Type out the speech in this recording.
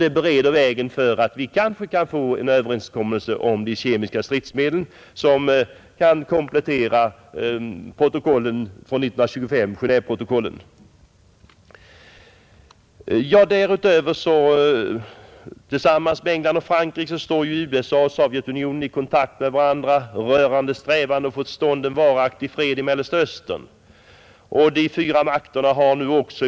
Det bereder vägen så att vi kanske kan få en överenskommelse om de kemiska stridsmedlen som kan komplettera Genéveprotokollen från 1925. Tillsammans med England och Frankrike står USA och Sovjetunionen i kontakt med varandra rörande strävandena att få till stånd en varaktig fred i Mellersta Östern. De fyra makterna har också.